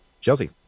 Chelsea